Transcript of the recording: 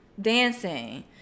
dancing